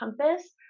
compass